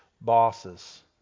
bosses